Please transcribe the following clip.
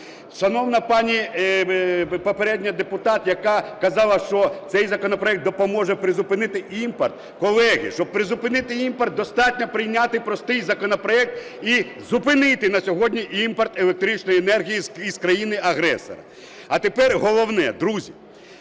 Шановна пані попередня депутат, яка казала, що цей законопроект допоможе призупинити імпорт. Колеги, щоб призупинити імпорт, достатньо прийняти простий законопроект і зупинити на сьогодні імпорт електричної енергії із країни-агресора. А тепер головне. Друзі,